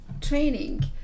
training